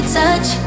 touch